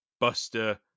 Buster